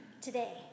Today